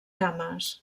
cames